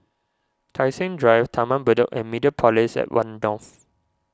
Tai Seng Drive Taman Bedok and Mediapolis at one North